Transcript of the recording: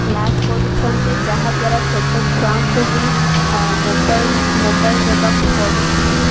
class କରୁଛନ୍ତି ଯାହାଦ୍ୱାରା ଛୋଟ ଛୁଆଙ୍କୁ ବି ମୋବାଇଲ ମୋବାଇଲ ଦେବାକୁ ପଡ଼ୁଛି